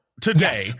today